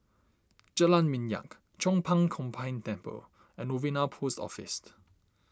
Jalan Minyak Chong Pang Combined Temple and Novena Post Office